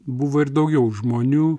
buvo ir daugiau žmonių